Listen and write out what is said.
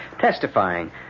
testifying